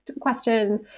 question